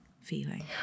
feeling